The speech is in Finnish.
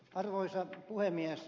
arvoisa puhemies